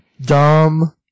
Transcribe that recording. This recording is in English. dumb